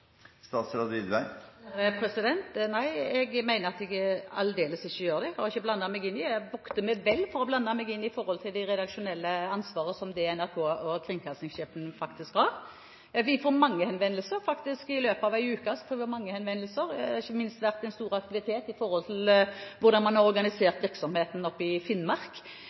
Nei, jeg mener at jeg aldeles ikke gjør det. Jeg har ikke blandet meg inn i, og vokter meg vel for å blande meg inn i, det redaksjonelle ansvaret som NRK og kringkastingssjefen faktisk har. I løpet av en uke får vi faktisk mange henvendelser. Det har ikke minst vært stor aktivitet med hensyn til hvordan man har organisert virksomheten oppe i Finnmark